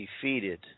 defeated